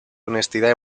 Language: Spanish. honestidad